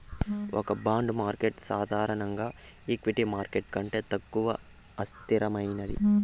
ఒక bond market సాధారణంగా equity market కంటే తక్కువ అస్థిరమైనది